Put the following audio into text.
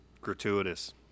gratuitous